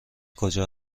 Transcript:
کجا